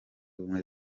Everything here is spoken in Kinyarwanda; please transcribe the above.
ubumwe